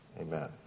Amen